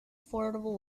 affordable